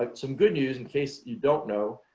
like some good news in case you don't know,